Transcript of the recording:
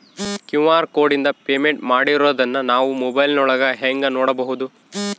QR ಕೋಡಿಂದ payment ಮಾಡಿರೋದನ್ನ ನಾವು ಮೊಬೈಲಿನೊಳಗ ಹೆಂಗ ನೋಡಬಹುದು?